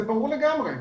זה ברור לגמרי.